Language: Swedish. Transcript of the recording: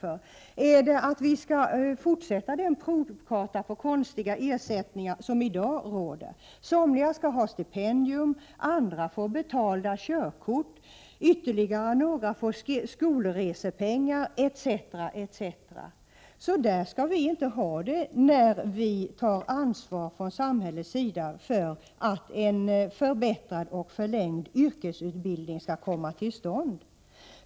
Är det för att vi skall fortsätta den provkarta på konstiga ersättningar som i dag råder? Somliga får stipendier, andra får betalda körkort, ytterligare några får skolresepengar etc. Så där skall vi inte ha det, när vi tar ansvar från samhällets sida för att en förbättrad och förlängd yrkesutbildning skall komma till stånd.